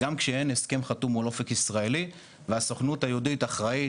גם כשאין הסכם חתום מול אופק ישראלי והסוכנות היהודית אחראית